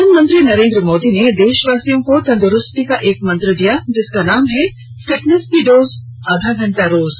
प्रधानमंत्री नरेन्द्र मोदी ने देशवासियों को तंदुरूस्ती का एक मंत्र दिया जिसका नाम है फिटनेस की डोज आधा घंटा रोज़